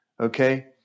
Okay